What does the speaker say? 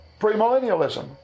premillennialism